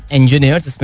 engineers